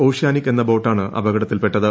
oceanic എന്ന ബോട്ടാണ് അപകടത്തിൽപ്പെട്ടത്